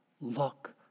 Look